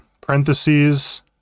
Parentheses